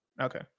Okay